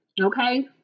Okay